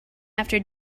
after